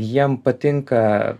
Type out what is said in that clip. jiem patinka